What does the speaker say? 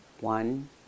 one